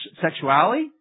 sexuality